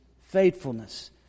faithfulness